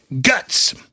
guts